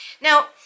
Now